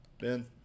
Ben